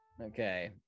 Okay